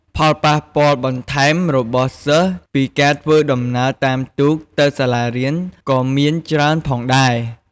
ផលប៉ះពាល់បន្ថែមរបស់សិស្សពីការធ្វើដំណើរតាមទូកទៅសាលារៀនក៏មានច្រើនផងដែរ។